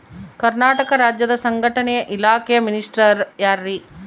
ಕರ್ನಾಟಕ ರಾಜ್ಯದ ಸಂಘಟನೆ ಇಲಾಖೆಯ ಮಿನಿಸ್ಟರ್ ಯಾರ್ರಿ?